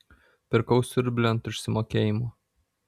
pirkau siurblį ant išsimokėjimo